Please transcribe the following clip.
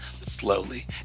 slowly